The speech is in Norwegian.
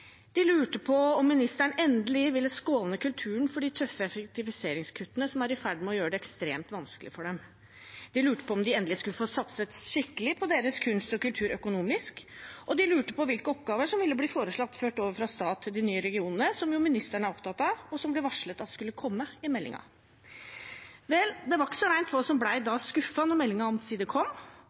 De lurte på om ministeren endelig ville skåne kulturen for de tøffe effektiviseringskuttene, som er i ferd med å gjøre det ekstremt vanskelig for dem. De lurte på om det endelig skulle satses skikkelig på kunst og kultur økonomisk, og de lurte på hvilke oppgaver som ville bli foreslått ført over fra stat til de nye regionene som jo ministeren er opptatt av – det ble varslet at det skulle komme i meldingen. Vel – det var ikke så rent få som ble skuffet da meldingen omsider kom. For selv om